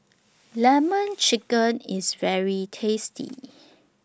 Lemon Chicken IS very tasty